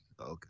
Okay